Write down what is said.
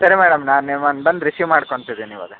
ಸರಿ ಮೇಡಮ್ ನಾನು ನಿಮ್ಮನ್ನ ಬಂದು ರಿಸೀವ್ ಮಾಡ್ಕೊಂತಿದೀನಿ ಇವಾಗ